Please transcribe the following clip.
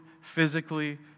physically